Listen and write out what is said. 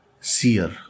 seer